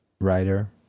writer